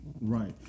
Right